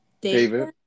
David